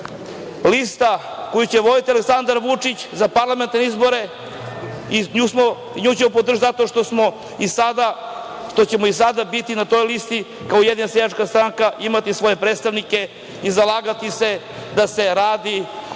koju će voditi Aleksandar Vučić za parlamentarne izbore podržaćemo zbog toga što ćemo i sada biti na toj listi kao Ujedinjena seljačka stranka i imati svoje predstavnike i zalagati se da se radi